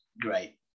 Great